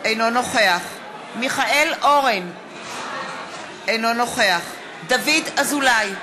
אינו נוכח מיכאל אורן, אינו נוכח דוד אזולאי,